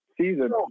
season